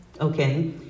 okay